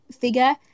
figure